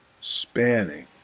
spanning